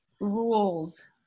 rules